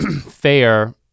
fair